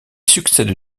succède